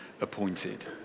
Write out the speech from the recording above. appointed